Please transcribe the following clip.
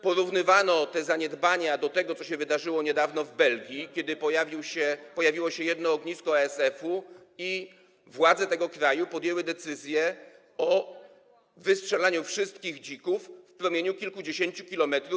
Porównywano te zaniedbania do tego, co się wydarzyło niedawno w Belgii, kiedy pojawiło się jedno ognisko ASF-u i władze tego kraju podjęły decyzję o wystrzelaniu wszystkich dzików w promieniu kilkudziesięciu kilometrów.